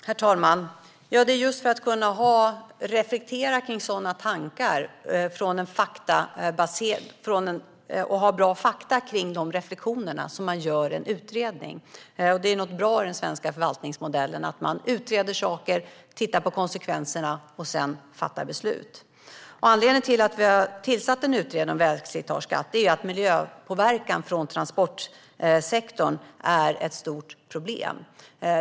Herr talman! Det är just för att kunna reflektera och för att ha bra fakta som grund för de reflektionerna som en utredning görs. Det är bra att man enligt den svenska förvaltningsmodellen ska utreda saker, titta på konsekvenserna och sedan fatta beslut. Anledningen till att vi har tillsatt en utredning om vägslitageskatt är att miljöpåverkan från transportsektorn är ett stort problem.